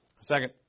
Second